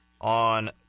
on